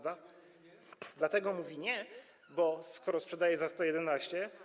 Dlatego mówi „nie”, bo sprzedaje za 111.